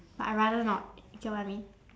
but I rather not you get what I mean